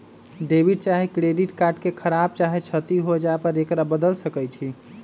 debit चाहे credit card के खराप चाहे क्षति हो जाय पर एकरा बदल सकइ छी